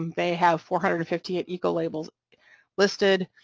um they have four hundred and fifty eight ecolabels listed,